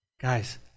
Guys